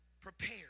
prepared